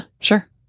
sure